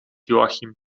joachim